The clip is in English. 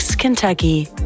Kentucky